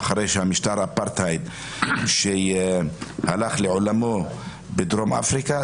אחרי שמשטר אפרטהייד שהלך לעולמו בדרום אפריקה.